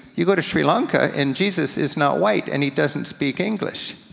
you go to sri lanka and jesus is not white and he doesn't speak english,